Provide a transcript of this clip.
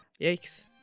Yikes